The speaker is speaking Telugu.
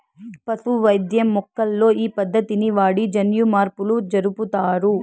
పశు వైద్యం మొక్కల్లో ఈ పద్దతిని వాడి జన్యుమార్పులు జరుపుతారు